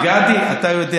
גדי, אתה יודע